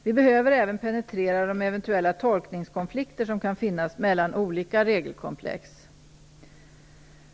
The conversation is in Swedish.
Vi behöver även penetrera de eventuella tolkningskonflikter som kan finnas mellan olika regelkomplex.